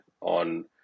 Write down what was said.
on